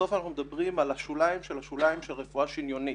בסוף אנחנו מדברים על השוליים של השוליים של רפואה שניונית.